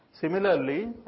Similarly